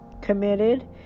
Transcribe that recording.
committed